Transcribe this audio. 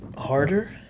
harder